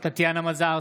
טטיאנה מזרסקי,